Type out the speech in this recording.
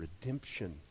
redemption